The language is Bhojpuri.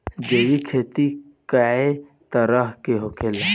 जैविक खेती कए तरह के होखेला?